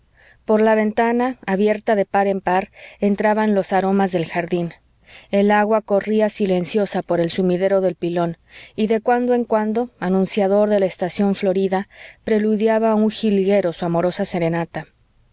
por la ventana abierta de par en par entraban los aromas del jardín el agua corría silenciosa por el sumidero del pilón y de cuando en cuando anunciador de la estación florida preludiaba un jilguero su amorosa serenata